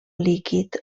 líquid